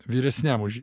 vyresniam už